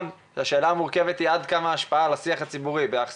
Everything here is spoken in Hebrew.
השאלה המורכבת היא עד כמה השיח הציבורי ביחס